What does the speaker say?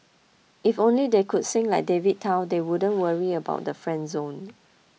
if only they could sing like David Tao they wouldn't worry about the friend zone